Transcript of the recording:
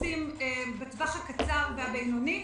עושים בטווח הקצר והבינוני: